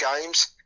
games